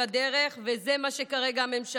וזה מה שכרגע הממשלה עושה.